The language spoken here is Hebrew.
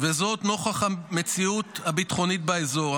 נוכח המציאות הביטחונית באזור.